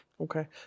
Okay